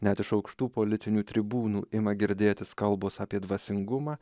net iš aukštų politinių tribūnų ima girdėtis kalbos apie dvasingumą